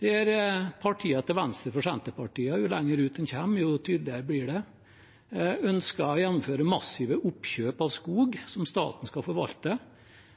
til venstre for Senterpartiet – jo lenger ut en kommer, jo tydeligere blir det – ønsker å gjennomføre massive oppkjøp av skog som staten skal forvalte,